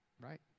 right